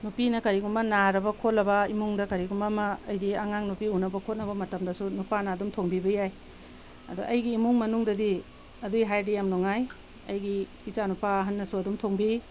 ꯅꯨꯄꯤꯅ ꯀꯔꯤꯒꯨꯝꯕ ꯅꯥꯔꯕ ꯈꯣꯠꯂꯕ ꯏꯃꯨꯡꯗ ꯀꯔꯤꯒꯨꯝꯕ ꯑꯃ ꯍꯥꯏꯗꯤ ꯑꯉꯥꯡ ꯅꯨꯄꯤ ꯎꯟꯅꯕ ꯈꯣꯠꯅꯕ ꯃꯇꯝꯗꯁꯨ ꯅꯨꯄꯥꯅ ꯑꯗꯨꯝ ꯊꯣꯡꯕꯤꯕ ꯌꯥꯏ ꯑꯗꯣ ꯑꯩꯒꯤ ꯏꯃꯨꯡ ꯃꯅꯨꯡꯗꯗꯤ ꯑꯗꯨꯒꯤ ꯍꯥꯏꯔꯨꯔꯗꯤ ꯌꯥꯝꯅ ꯅꯨꯡꯉꯥꯏ ꯑꯩꯒꯤ ꯏꯆꯥ ꯅꯨꯄꯥ ꯑꯍꯥꯟꯅꯁꯨ ꯑꯗꯨꯝ ꯊꯣꯡꯕꯤ